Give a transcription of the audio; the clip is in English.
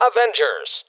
Avengers